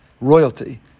royalty